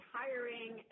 hiring